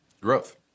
growth